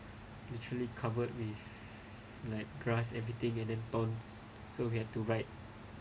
literally covered with like grass everything and then tones so we had to ride